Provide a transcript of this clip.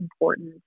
important